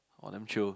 !wah! damn chio